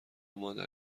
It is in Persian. مادر